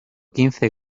quince